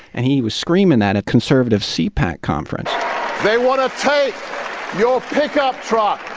and he was screaming that at conservative cpac conference they want to take your pick-up truck.